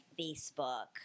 Facebook